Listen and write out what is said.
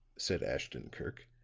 said ashton-kirk,